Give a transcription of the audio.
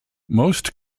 most